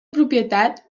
propietat